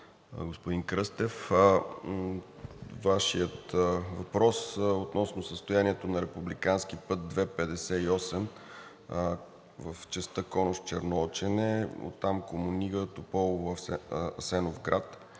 господин Кръстев! Вашият въпрос относно състоянието на републикански път II-58 в частта Конуш – Черноочене, оттам Комунига – Тополово – Асеновград